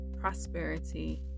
prosperity